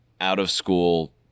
out-of-school